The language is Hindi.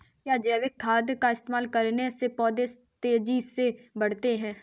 क्या जैविक खाद का इस्तेमाल करने से पौधे तेजी से बढ़ते हैं?